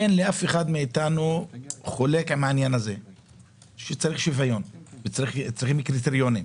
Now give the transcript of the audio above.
אין חולק על כך שצריך שוויון וצריך קריטריונים,